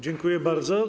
Dziękuję bardzo.